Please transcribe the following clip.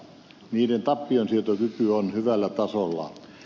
niiden tappionsietokyky on hyvällä tasolla